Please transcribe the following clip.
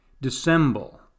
dissemble